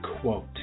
quote